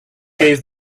gave